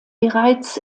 bereits